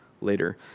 later